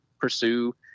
pursue